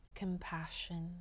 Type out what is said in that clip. compassion